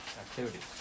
activities